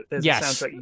Yes